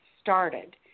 started